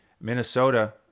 Minnesota